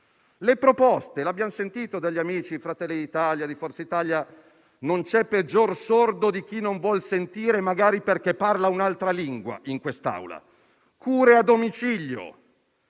Le proposte le abbiamo sentite, da parte degli amici di Fratelli d'Italia e di Forza Italia, ma non c'è peggior sordo di chi non vuol sentire, magari perché parla un'altra lingua in quest'Aula. Quanto alle